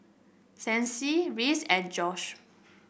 Sancy Reese and Josh